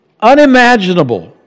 unimaginable